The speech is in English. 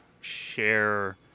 share